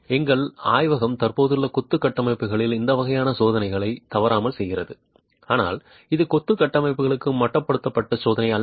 எங்கள் ஆய்வகம் தற்போதுள்ள கொத்து கட்டமைப்புகளில் இந்த வகையான சோதனையை தவறாமல் செய்கிறது ஆனால் இது கொத்து கட்டமைப்புகளுக்கு மட்டுப்படுத்தப்பட்ட சோதனை அல்ல